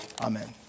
Amen